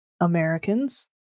Americans